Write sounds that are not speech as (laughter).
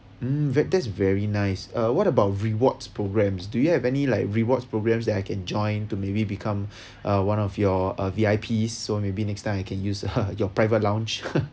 mm that is very nice uh what about rewards programs do you have any like rewards programs that I can join to maybe become (breath) a one of your uh V_I_Ps so maybe next time I can use (laughs) your private lounge (laughs)